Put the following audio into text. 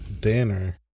dinner